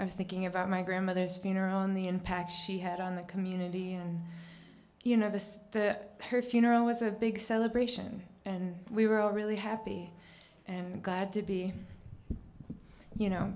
i was thinking about my grandmother's funeral and the impact she had on the community and you know the the per funeral was a big celebration and we were all really happy and glad to be you know